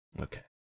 Okay